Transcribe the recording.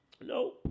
No